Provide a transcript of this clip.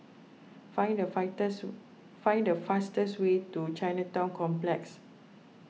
find the fighters find the fastest way to Chinatown Complex